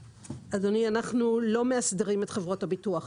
אדוני, אנחנו לא מאסדרים את חברות הביטוח.